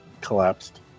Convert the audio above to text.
Collapsed